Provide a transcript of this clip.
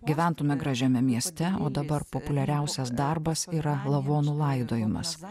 gyventume gražiame mieste o dabar populiariausias darbas yra lavonų laidojimas